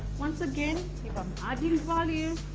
once again if am adding value